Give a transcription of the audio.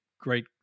great